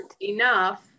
enough